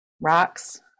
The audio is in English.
rocks